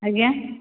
ଆଜ୍ଞା